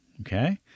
okay